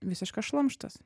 visiškas šlamštas